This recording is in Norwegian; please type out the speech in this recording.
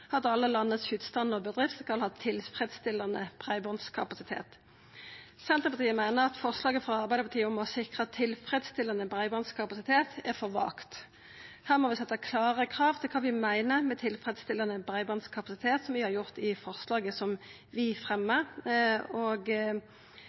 at alle landets husstandar og bedrifter skal ha tilfredsstillande breibandkapasitet. Senterpartiet meiner at forslaget frå Arbeidarpartiet om å sikra tilfredsstillande breibandkapasitet er for vagt. Her må vi setja klare krav til kva vi meiner med tilfredsstillande breibandkapasitet, slik vi har gjort i forslaget som vi